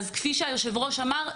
כפי שהיושב-ראש אמר,